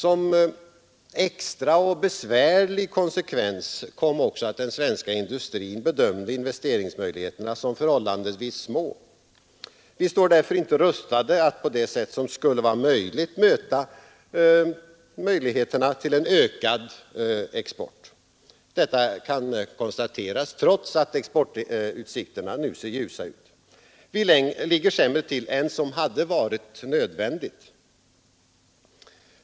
Som extra och besvärlig konsekvens kom att den svenska industrin bedömde investeringsmöjligheterna som förhållandevis små. Vi står därför inte rustade att på det sätt som skulle vara möjligt möta tillfällena till en ökad export. Detta kan man konstatera trots att exportutsikterna nu ser ljusa ut. Vi ligger sämre till än som hade varit nödvändigt.